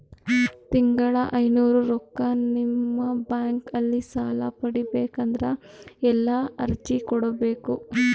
ತಿಂಗಳ ಐನೂರು ರೊಕ್ಕ ನಿಮ್ಮ ಬ್ಯಾಂಕ್ ಅಲ್ಲಿ ಸಾಲ ಪಡಿಬೇಕಂದರ ಎಲ್ಲ ಅರ್ಜಿ ಕೊಡಬೇಕು?